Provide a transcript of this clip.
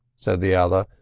said the other,